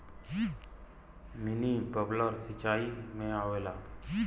mini bubbler सिचाई में आवेला